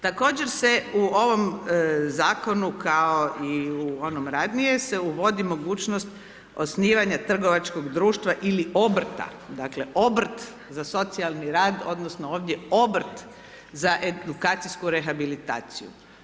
Također se u ovom Zakonu, kao i u onom ranije se uvodi mogućnost osnivanja trgovačkog društva ili obrta, dakle, obrt za socijalni rad odnosno ovdje obrt za edukacijsku rehabilitaciju.